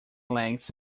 legs